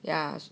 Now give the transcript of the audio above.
ya